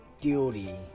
duty